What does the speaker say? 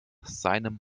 seinem